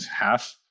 Half